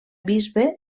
bisbe